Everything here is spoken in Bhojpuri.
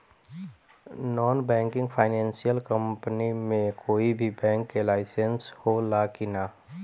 नॉन बैंकिंग फाइनेंशियल कम्पनी मे कोई भी बैंक के लाइसेन्स हो ला कि ना?